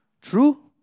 True